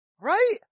right